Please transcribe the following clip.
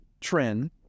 trend